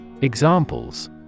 Examples